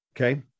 okay